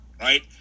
right